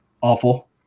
awful